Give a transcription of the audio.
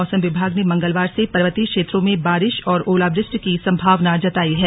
मौसम विभाग ने मंगलवार से पर्वतीय क्षेत्रों में बारिश और ओलावृष्टि की संभावना जतायी है